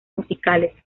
musicales